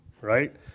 right